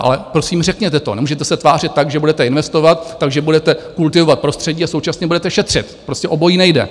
Ale prosím, řekněte to, nemůžete se tvářit tak, že budete investovat, takže budete kultivovat prostředí a současně budete šetřit, prostě obojí nejde.